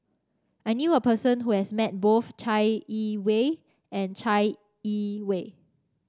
I knew a person who has met both Chai Yee Wei and Chai Yee Wei